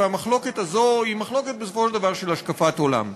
והמחלוקת הזאת היא בסופו של דבר על השקפת עולם,